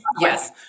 yes